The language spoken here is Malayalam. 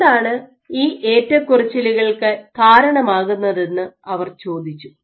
എന്താണ് ഈ ഏറ്റക്കുറച്ചിലുകൾക്ക് കാരണമാകുന്നതെന്ന് അവർ ചോദിച്ചു